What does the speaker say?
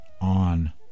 on